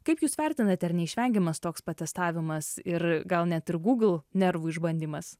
kaip jūs vertinat ar neišvengiamas toks patestavimas ir gal net ir google nervų išbandymas